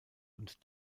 und